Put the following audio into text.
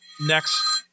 next